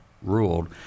ruled